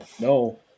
no